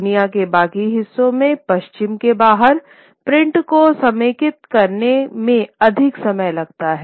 दुनिया के बाकी हिस्सों में पश्चिम के बाहर प्रिंट को समेकित करने में अधिक समय लगता है